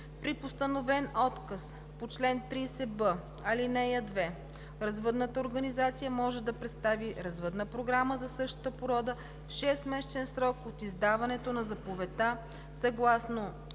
При постановен отказ по чл. 30б, ал. 2 развъдната организация може да представи развъдна програма за същата порода в 6-месечен срок от издаването на заповедта съгласно